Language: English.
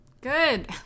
Good